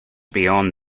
beyond